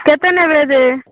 କେତେ ନେବେ ଯେ